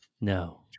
no